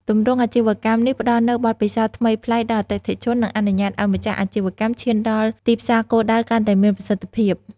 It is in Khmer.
ទម្រង់អាជីវកម្មនេះផ្តល់នូវបទពិសោធន៍ថ្មីប្លែកដល់អតិថិជន និងអនុញ្ញាតឲ្យម្ចាស់អាជីវកម្មឈានដល់ទីផ្សារគោលដៅកាន់តែមានប្រសិទ្ធភាព។